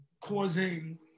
causing